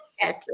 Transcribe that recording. Yes